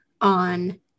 on